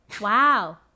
Wow